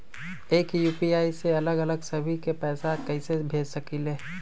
एक यू.पी.आई से अलग अलग सभी के पैसा कईसे भेज सकीले?